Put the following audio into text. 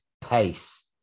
Pace